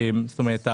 זאת אומרת,